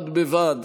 בד בבד